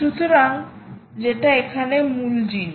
সুতরাং যে এখানে মূল জিনিস